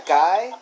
guy